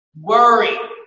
worry